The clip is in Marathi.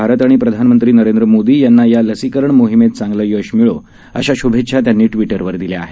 भारत आणि प्रधानमंत्री नरेंद्र मोदी यांना या लसीकरण मोहिमेत चांगलं यश मिळो अशा शुभेच्छा त्यांनी ट्विटरवर दिल्या आहेत